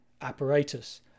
apparatus